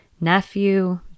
nephew